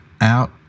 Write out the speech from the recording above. out